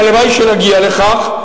והלוואי שנגיע לכך,